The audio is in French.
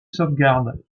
sauvegarde